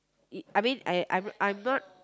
it I mean I I I'm not